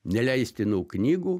neleistinų knygų